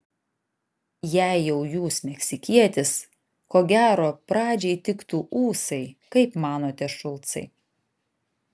jei jau jūs meksikietis ko gero pradžiai tiktų ūsai kaip manote šulcai